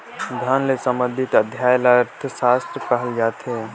धन ले संबंधित अध्ययन ल अर्थसास्त्र कहल जाथे